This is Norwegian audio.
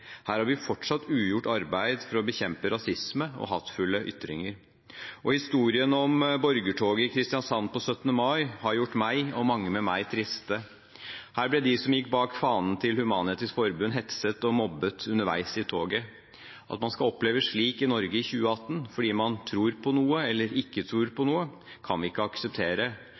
Her har vi fortsatt ugjort arbeid for å bekjempe rasisme og hatefulle ytringer. Historien om borgertoget i Kristiansand på 17. mai har gjort meg og mange med meg triste. Her ble de som gikk bak fanen til Human-Etisk Forbund, hetset og mobbet underveis i toget. At man skal oppleve slik i Norge i 2018 fordi man tror på noe, eller ikke tror på noe, kan vi ikke akseptere,